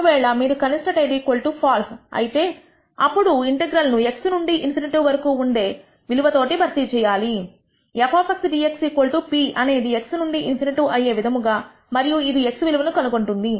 ఒకవేళ మీరు కనిష్ట టెయిల్ FALSE అయితే అప్పుడు ఇంటెగ్రల్ ను x నుండి ∞ వరకు ఉండే విలువ తోటి భర్తీ చేయాలి f dx p అనేది x నుండి ∞ అయ్యే విధముగా మరియు ఇది x విలువను కనుగొంటుంది